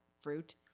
fruit